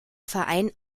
verein